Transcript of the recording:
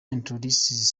introduces